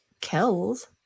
Kells